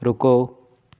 ਰੁਕੋ